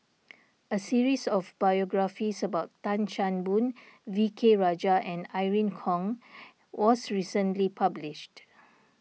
a series of biographies about Tan Chan Boon V K Rajah and Irene Khong was recently published